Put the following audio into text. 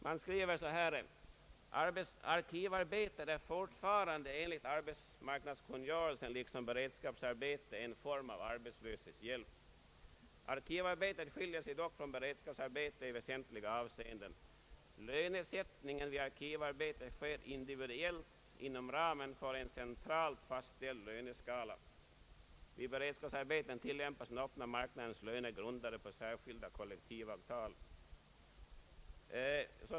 Man skriver: ”Arkivarbete är fortfarande enligt arbetsmarknadskungörelsen liksom beredskapsarbete en form av arbetslöshetshjälp. Arkivarbetet skiljer sig dock från beredskapsarbete i väsentliga avseenden. Lönesättningen vid arkivarbete sker individuellt inom ramen för en centralt fastställd löneskala. Vid beredskapsarbeten tillämpas den öppna marknadens löner, grundade på särskilda kollektivavtal.